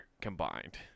combined